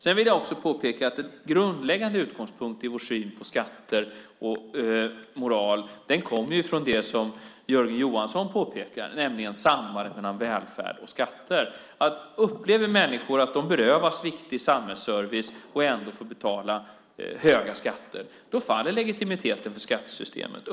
Sedan vill jag också påpeka att en grundläggande utgångspunkt i vår syn på skatter och moral kommer från det som Jörgen Johansson påpekar, nämligen sambandet mellan välfärd och skatter. Upplever människor att de berövas viktig samhällsservice och ändå får betala höga skatter faller legitimiteten för skattesystemet.